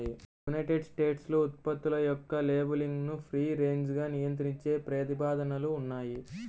United స్టేట్స్లో ఉత్పత్తుల యొక్క లేబులింగ్ను ఫ్రీ రేంజ్గా నియంత్రించే ప్రతిపాదనలు ఉన్నాయి